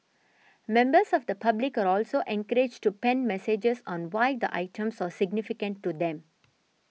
members of the public are also encouraged to pen messages on why the items are significant to them